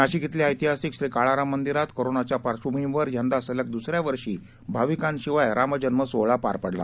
नाशिक इथल्या ऐतिहासिक श्री काळाराम मंदिरात कोरोनाच्या पार्श्वभूमीवर यंदा सलग दुसऱ्या वर्षीही भाविकांशिवाय रामजन्म सोहळा पार पडला